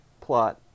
plot